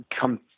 come